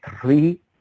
three